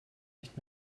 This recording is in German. nicht